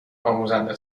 آموزنده